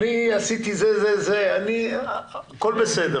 אני עשיתי זה וזה הכול בסדר.